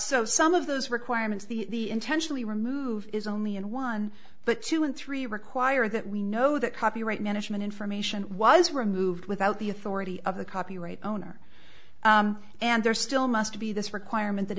so some of those requirements the intentionally removed is only in one but two and three require that we know that copyright management information was removed without the authority of the copyright owner and there's still must be this requirement that